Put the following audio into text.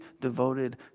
devoted